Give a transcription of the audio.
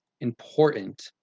important